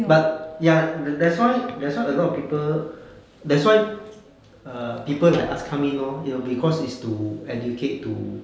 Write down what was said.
but ya th~ that's why that's why a lot of people that's why err people like us come in lor it will because is to educate to